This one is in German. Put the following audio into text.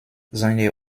seine